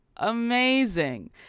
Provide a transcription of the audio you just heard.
Amazing